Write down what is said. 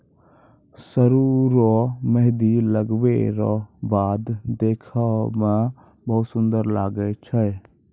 सरु रो मेंहदी लगबै रो बाद देखै मे बहुत सुन्दर लागै छै